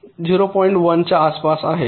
1 च्या आसपास आहे